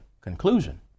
conclusion